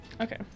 Okay